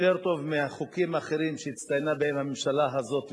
זה יהיה יותר טוב מחוקים אחרים שהצטיינה בהם הממשלה הזאת,